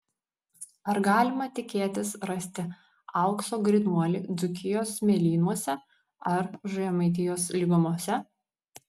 ar galima tikėtis rasti aukso grynuolį dzūkijos smėlynuose ar žemaitijos lygumose